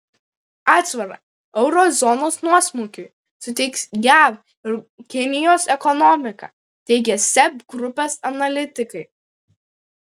atsvarą euro zonos nuosmukiui suteiks jav ir kinijos ekonomika teigia seb grupės analitikai